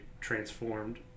transformed